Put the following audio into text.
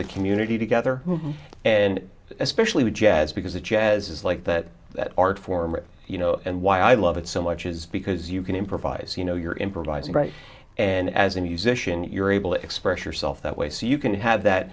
the community together and especially with jazz because the jazz is like that art form you know and why i love it so much is because you can improvise you know you're improvising right and as a musician you're able to express yourself that way so you can have that